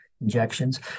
injections